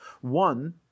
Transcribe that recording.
One